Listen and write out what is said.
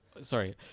sorry